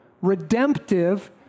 redemptive